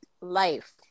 life